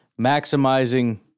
Maximizing